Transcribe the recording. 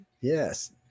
Yes